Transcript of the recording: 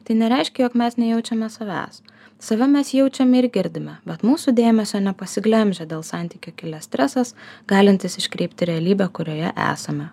tai nereiškia jog mes nejaučiame savęs save mes jaučiame ir girdime bet mūsų dėmesio nepasiglemžia dėl santykio kilęs stresas galintis iškreipti realybę kurioje esame